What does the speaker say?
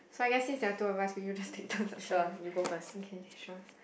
so I guess since there are two of us we will just take turns answering okay sure